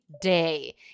day